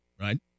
right